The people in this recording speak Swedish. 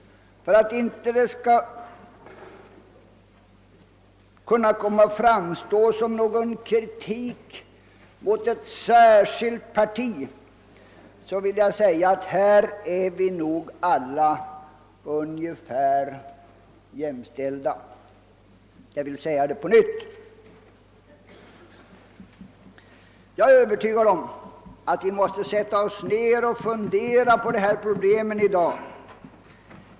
För att detta inte skall framstå som kritik mot ett särskilt parti upprepar jag att vi härvidlag är ungefär lika ansvariga. Jag är övertygad om att vi i dag måste sätta oss ned och fundera över dessa problem.